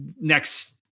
next